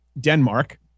Denmark